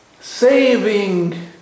saving